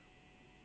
老板